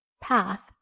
path